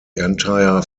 entire